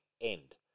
end